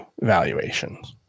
valuations